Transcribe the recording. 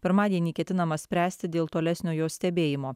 pirmadienį ketinama spręsti dėl tolesnio jos stebėjimo